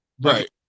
Right